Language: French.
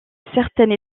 certaines